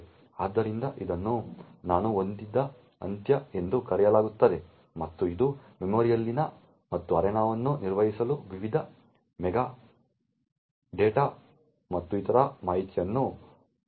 ಆದ್ದರಿಂದ ಇದನ್ನು ನಾನು ಹೊಂದಿದ್ದ ಅಂತ್ಯ ಎಂದೂ ಕರೆಯಲಾಗುತ್ತದೆ ಮತ್ತು ಇದು ಮೆಮೊರಿಯಲ್ಲಿದೆ ಮತ್ತು ಅರೇನಾವನ್ನು ನಿರ್ವಹಿಸಲು ವಿವಿಧ ಮೆಟಾ ಡೇಟಾ ಮತ್ತು ಇತರ ಮಾಹಿತಿಯನ್ನು ಒಳಗೊಂಡಿದೆ